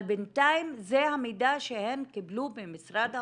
אבל בינתיים זה המידע שהם קיבלו ממשרד האוצר.